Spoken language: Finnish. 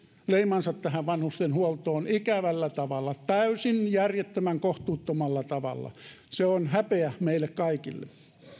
leimansa tähän vanhustenhuoltoon ikävällä tavalla täysin järjettömän kohtuuttomalla tavalla se on häpeä meille kaikille